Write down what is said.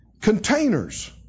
Containers